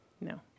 No